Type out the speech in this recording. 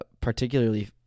particularly